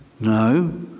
No